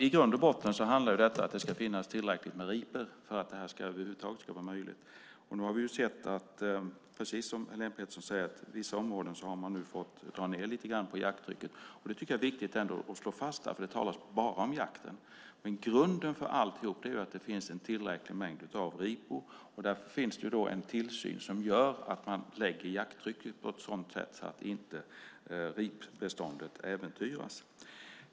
I grund och botten handlar detta om att det ska finnas tillräckligt med ripor för att det över huvud taget ska vara möjligt. Vi har precis som Helén Pettersson säger sett att man i vissa områden har fått dra ned lite på jakttrycket. Det tycker jag är viktigt att slå fast, för det talas bara om jakten. Grunden för alltihop är dock att det finns en tillräcklig mängd ripor, och därför finns det en tillsyn som gör att man lägger jakttrycket på ett sådant sätt att ripbeståndet inte äventyras.